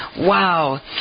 Wow